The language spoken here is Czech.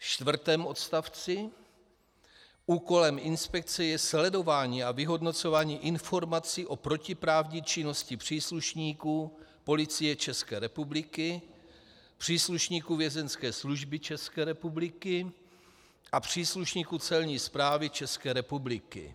Ve čtvrtém odstavci: Úkolem inspekce je sledování a vyhodnocování informací o protiprávní činnosti příslušníků Policie České republiky, příslušníků Vězeňské služby České republiky a příslušníků Celní správy České republiky.